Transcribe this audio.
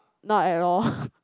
not at all